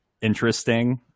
interesting